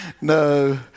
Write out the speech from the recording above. No